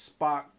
Spock